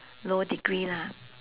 low degree lah